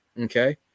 Okay